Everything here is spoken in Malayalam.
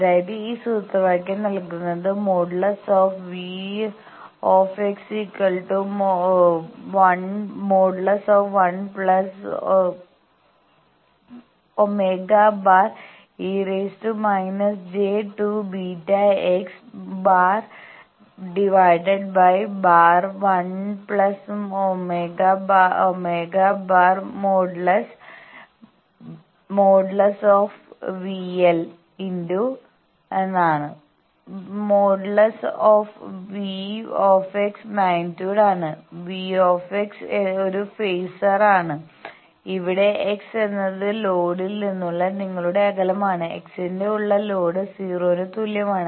അതാണ് ഈ സൂത്രവാക്യം നൽകുന്നത് |V ||1Γ Le⁻ʲ²ᵝᵡ ||1Γ ||VL| |V | magnitude ആണ് V ഒരു ഫേസറാണ് ഇവിടെ x എന്നത് ലോഡിൽ നിന്നുള്ള നിങ്ങളുടെ അകലമാണ് x ൽ ഉള്ള ലോഡ് 0 ന് തുല്യമാണ്